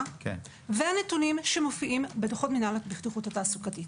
והנתונים שמופיעים בדוחות מינהל הבטיחות התעסוקתית.